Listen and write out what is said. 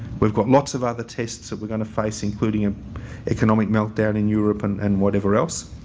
we've got lots of other tests that we're going to face including an economic meltdown in europe and and whatever else.